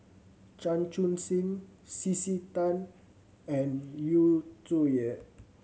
Chan Chun Sing C C Tan and Yu Zhuye